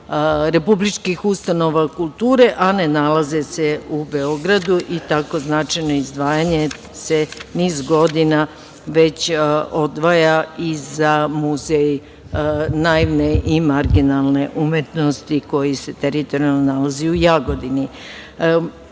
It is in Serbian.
republičkih ustanova kulture, a ne nalaze se u Beogradu. Tako značajno izdvajanje se niz godina već odvaja i za Muzej naivne i marginalne umetnosti koji se teritorijalno nalazi u